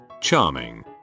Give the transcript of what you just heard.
charming